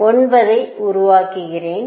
9 ஐ உருவாக்குகிறேன்